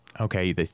okay